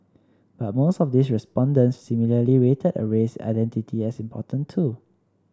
but most of these respondents similarly rated a race identity as important too